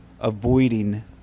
avoiding